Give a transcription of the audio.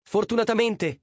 Fortunatamente